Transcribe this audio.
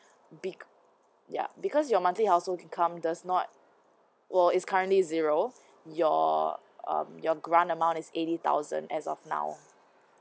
be~ ya because your monthly household income does not were currently zero your um your grant amount is eighty thousand as of now